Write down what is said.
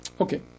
Okay